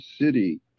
City